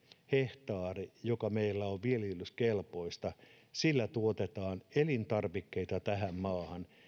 hehtaarilla joka meillä on viljelyskelpoista tuotetaan elintarvikkeita tähän maahan